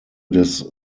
des